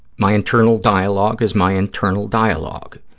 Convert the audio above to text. my internal dialogue is my internal dialogue.